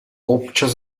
občas